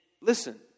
listen